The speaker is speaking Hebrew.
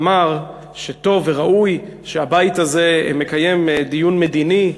אמר שטוב וראוי שהבית הזה מקיים דיון מדיני,